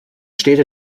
städte